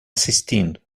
assistindo